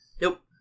Nope